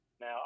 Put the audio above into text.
Now